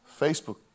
Facebook